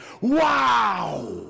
wow